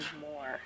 more